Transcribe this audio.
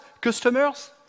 Customers